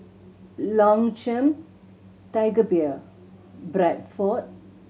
Longchamp Tiger Beer Bradford